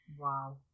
Wow